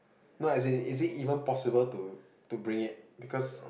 no as in is it even possible to to bring it because